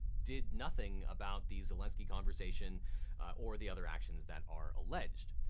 did nothing about the zelensky conversation or the other actions that are alleged.